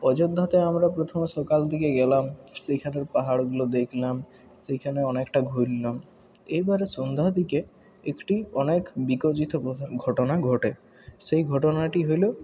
অযোধ্যাতে আমরা প্রথমে সকালদিকে গেলাম সেইখানের পাহাড়গুলো দেখলাম সেইখানে অনেকটা ঘুরলাম এইবারে সন্ধ্যাদিকে একটি অনেক ঘটনা ঘটে সেই ঘটনাটি হলো